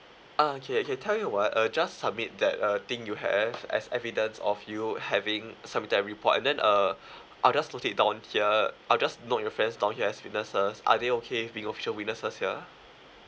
okay K tell you what uh just submit that uh thing you have as evidence of you having submitted a report and then uh I'll just note it down here I'll just note your friends down here as witnesses are they okay with being official witnesses yeah